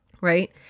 right